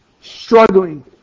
Struggling